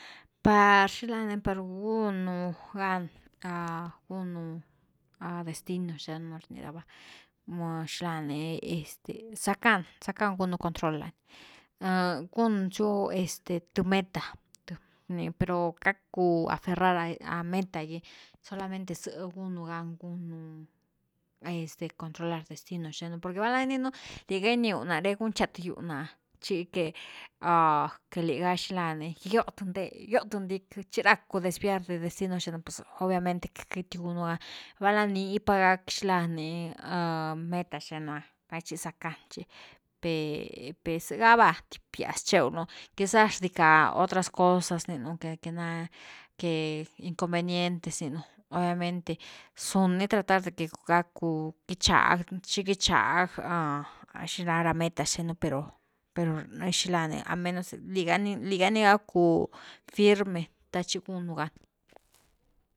Par xila ni par gunu ga gubnu destino xtenu rni rava, xilani este sackan, sackan gúnu control lani, gunsiu este th meta ni, pero gacku aferrar a meta gy, solamente zë gúnu gan gúnu controlar este destino xtenu per valna gininu liga giniu nare gunche th giu na, chi que, que liga xlani giu th nde, giu th ndiqui, chi racku desviar de destino xtenu, pues obviamente que queitiu gúnu gan, valna nii pa gack sini lani meta xthenu ah vaichi zackan chi, per, perzega va tipias cheu loni quizás rdica otras cosas rninu que, que nani inconvenientes rninu, obviamente sun ni tratar de que gacku gichag xi gichag xila ra metas xthenu pero-pero al menos liga ni, liga ni gacku firme te chi gunu gan.